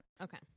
Okay